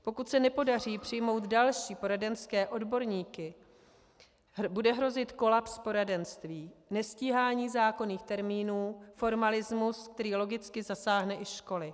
Pokud se nepodaří přijmout další poradenské odborníky, bude hrozit kolaps poradenství, nestíhání zákonných termínů, formalismus, který logicky zasáhne i školy.